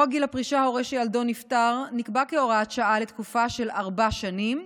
חוק גיל הפרישה (הורה שילדו נפטר) נקבע כהוראת שעה לתקופה של ארבע שנים,